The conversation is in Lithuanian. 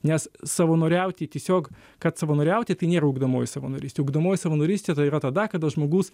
nes savanoriauti tiesiog kad savanoriauti tai nėra ugdomoji savanorystė ugdomoji savanorystė tai yra tada kada žmogus